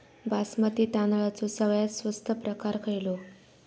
बासमती तांदळाचो सगळ्यात स्वस्त प्रकार खयलो?